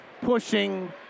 pushing